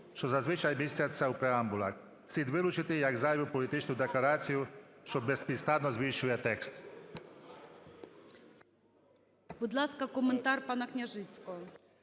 що зазвичай містяться в преамбулах. Слід вилучити як зайву політичну декларацію, що безпідставно зміщує текст.